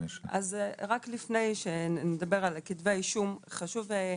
אז רק לפני שנדבר על כתבי האישום, חשוב,